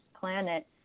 planet